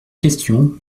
question